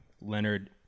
Leonard